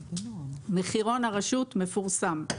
מחירון הרשות מפורסם.